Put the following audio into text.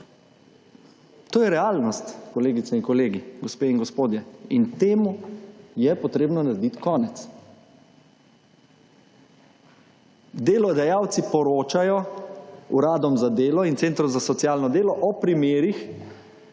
To je realnost, kolegice in kolegi, gospe in gospodje, in temu je potrebno naredit konec. Delodajalci poročajo uradom za delo in centrom za socialno delo, o primerih,